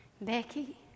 Becky